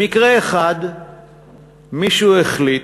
במקרה אחד מישהו החליט,